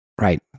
Right